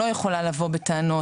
לא יכולה לבוא בטענות,